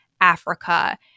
Africa